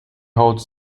holds